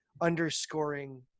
underscoring